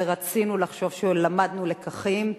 ורצינו לחשוב שלמדנו לקחים.